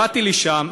הגעתי לשם,